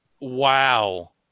Wow